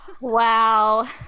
Wow